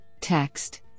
text